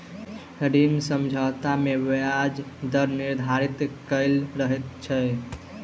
ऋण समझौता मे ब्याज दर निर्धारित कयल रहैत छै